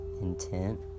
intent